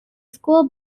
school